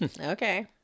Okay